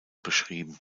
beschrieben